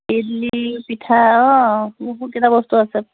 ইডলি পিঠা অঁ বহুতকেইটা বস্তু আছে